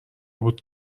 بود